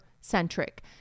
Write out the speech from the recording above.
centric